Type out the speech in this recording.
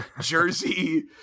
Jersey